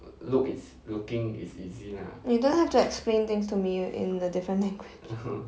you don't have to explain things to me in a different language